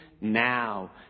now